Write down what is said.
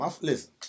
listen